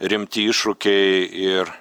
rimti iššūkiai ir